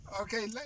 Okay